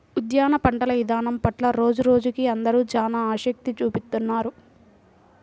ఉద్యాన పంటల ఇదానం పట్ల రోజురోజుకీ అందరూ చానా ఆసక్తి చూపిత్తున్నారు